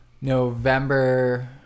November